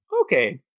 okay